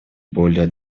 более